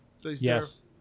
Yes